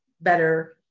better